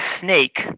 snake